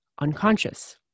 unconscious